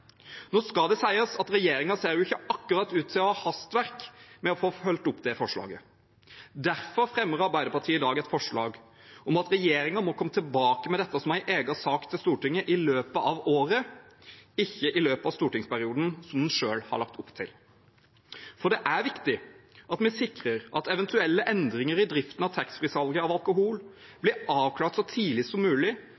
Nå skal det sies at regjeringen ser ikke akkurat ut til å ha hastverk med å følge opp det forslaget. Derfor fremmer Arbeiderpartiet i dag et forslag om at regjeringen må komme tilbake med dette som en egen sak til Stortinget i løpet av året, ikke i løpet av stortingsperioden, som den selv har lagt opp til. For det er viktig at vi sikrer at eventuelle endringer i driften av taxfree-salget av alkohol